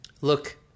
look